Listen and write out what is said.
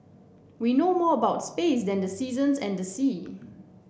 we know more about space than the seasons and the sea